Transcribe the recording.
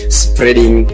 spreading